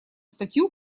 статью